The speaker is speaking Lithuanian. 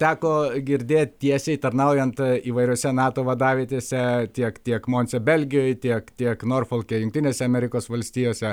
teko girdėt tiesiai tarnaujant įvairiose nato vadavietėse tiek tiek monce belgijoj tiek tiek norfolkėj jungtinėse amerikos valstijose